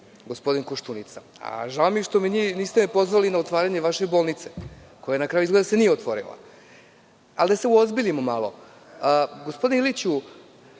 gospodin Koštunica. Žao mi je što me niste pozvali na otvaranje vaše bolnice, koja se na kraju izgleda nije otvorila. Da se uozbiljimo malo, gospodine Iliću,